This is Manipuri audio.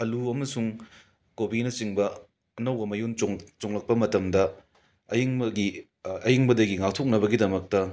ꯑꯜꯂꯨ ꯑꯃꯁꯨꯡ ꯀꯣꯕꯤꯅꯆꯤꯡꯕ ꯑꯅꯧꯕ ꯃꯌꯣꯟ ꯆꯣꯂꯛꯄ ꯃꯇꯝꯗ ꯑꯌꯤꯡꯕꯗꯒꯤ ꯑꯌꯤꯡꯕꯗꯒꯤ ꯉꯥꯛꯊꯣꯛꯅꯕꯒꯤꯗꯃꯛꯇ